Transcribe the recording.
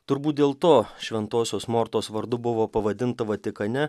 turbūt dėl to šventosios mortos vardu buvo pavadinta vatikane